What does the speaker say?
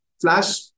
flash